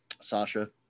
Sasha